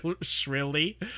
shrilly